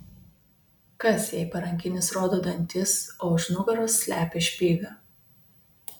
kas jei parankinis rodo dantis o už nugaros slepia špygą